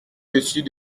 dessus